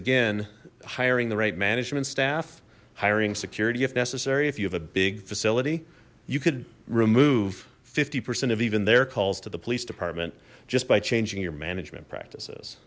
again hiring the right management staff hiring security if necessary if you have a big facility you could remove fifty percent of even their calls to the police department just by changing your management practices